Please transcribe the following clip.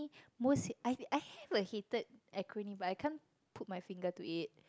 most I I have a hated acronym but I can't put my finger to it